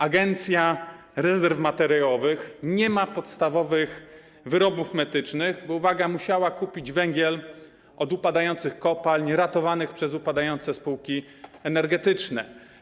Agencja Rezerw Materiałowych nie ma podstawowych wyrobów medycznych, bo, uwaga, musiała kupić węgiel od upadających kopalń ratowanych przez upadające spółki energetyczne.